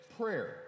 prayer